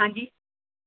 ਹਾਂਜੀ